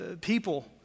People